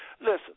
Listen